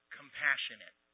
compassionate